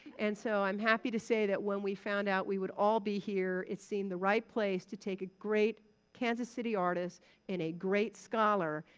and so i'm happy to say that, when we found out we would all be here, it seemed the right place to take a great kansas city artist and a great scholar,